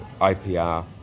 IPR